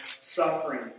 suffering